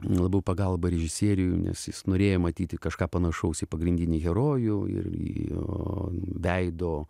labiau pagalba režisieriui nes jis norėjo matyti kažką panašaus į pagrindinį herojų ir jo veido